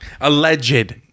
Alleged